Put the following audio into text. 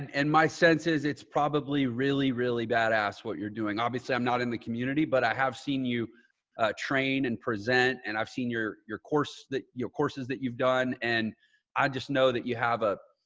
and my sense is it's probably really, really bad ass what you're doing. obviously i'm not in the community, but i have seen you train and present. and i've seen your your course that your courses that you've done. and i just know that you have a,